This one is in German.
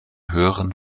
höheren